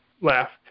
left